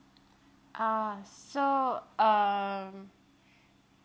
ah so um